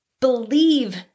believe